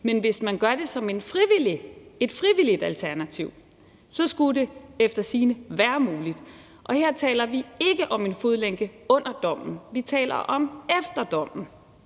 men hvis man gør det som et frivilligt alternativ, skulle det efter sigende være muligt. Her taler vi ikke om en fodlænke under dommen, vi taler om efter dommen.